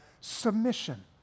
submission